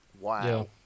Wow